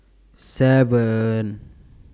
seven